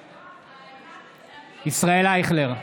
בעד ישראל אייכלר,